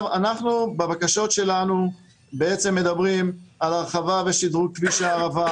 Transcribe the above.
בבקשות שלנו אנחנו מדברים על הרחבה ושדרוג כביש הערבה,